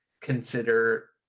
consider